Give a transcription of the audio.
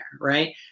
right